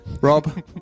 Rob